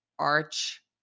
arch